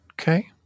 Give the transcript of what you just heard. Okay